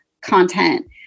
content